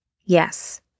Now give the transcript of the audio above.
Yes